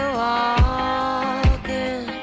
walking